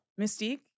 Mystique